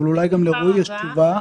אבל אולי גם לרועי יש תשובה.